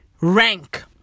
rank